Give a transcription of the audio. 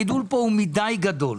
הגידול פה הוא מידי גדול.